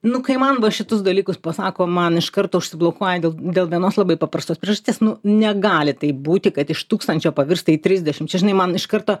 nu kai man va šitus dalykus pasako man iškart užsiblokuoja dėl dėl vienos labai paprastos priežasties nu negali taip būti kad iš tūkstančio pavirsta į trisdešim čia žinai man iš karto